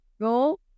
Go